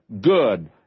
good